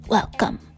Welcome